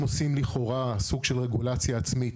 הם עושים לכאורה סוג של רגולציה עצמית,